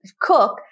cook